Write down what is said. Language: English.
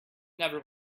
never